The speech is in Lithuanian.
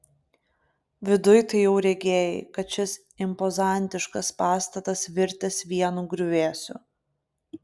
viduj tai jau regėjai kad šis impozantiškas pastatas virtęs vienu griuvėsiu